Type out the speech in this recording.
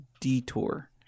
Detour